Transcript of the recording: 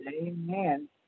Amen